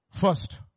First